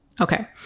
Okay